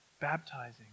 Baptizing